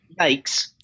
yikes